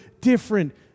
different